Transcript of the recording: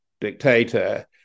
dictator